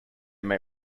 may